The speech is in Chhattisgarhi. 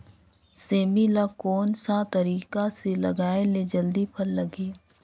सेमी ला कोन सा तरीका से लगाय ले जल्दी फल लगही?